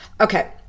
Okay